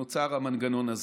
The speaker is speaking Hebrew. נוצר המנגנון הזה.